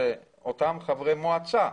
אותם חברי מועצה.